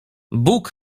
bóg